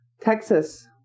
Texas